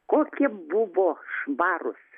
kokie buvo švarūs